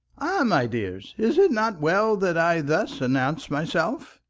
ah, my dears, is it not well that i thus announce myself?